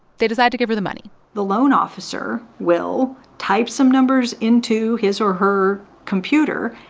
they decide to give her the money the loan officer will type some numbers into his or her computer,